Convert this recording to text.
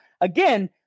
Again